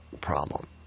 problem